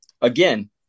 again